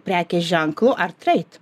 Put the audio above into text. prekės ženklu artreit